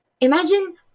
Imagine